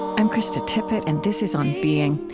i'm krista tippett, and this is on being.